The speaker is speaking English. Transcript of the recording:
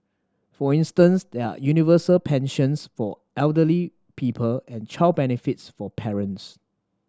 for instance there are universal pensions for elderly people and child benefits for parents